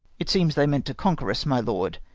it seems they meant to conquer us, my lord,